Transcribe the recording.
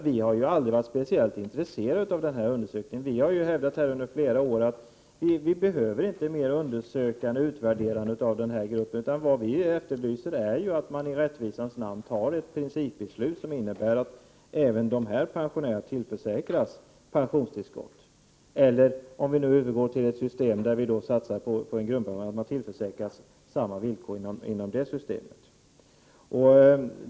Vi har aldrig varit speciellt intresserade av den undersökningen. Vi har i flera år hävdat att vi inte behöver mer undersökande och utvärderande av den gruppen. Vad vi efterlyser är att man i rättvisans namn fattar ett principbeslut, som innebär att även de pensionärerna tillförsäkras pensionstillskott eller samma villkor inom ett system där vi satsar på en grundpension, om vi övergår till ett sådant.